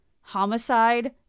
Homicide